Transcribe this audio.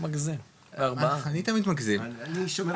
אבל אני שמח